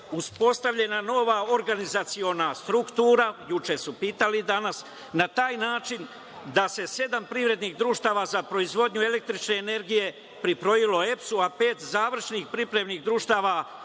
uspostavljena nova organizaciona struktura, na taj način da se sedam privrednih društava za proizvodnju električne energije pripojilo EPS-u, a pet završnih pripremnih društava